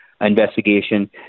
investigation